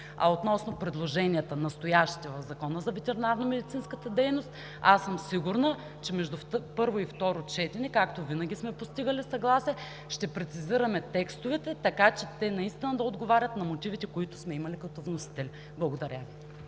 настоящите предложения в Закона за ветеринарномедицинската дейност съм сигурна, че между първо и второ четене, както винаги сме постигали съгласие, ще прецизираме текстовете, така че те да отговарят на мотивите, които сме имали като вносители. Благодаря Ви.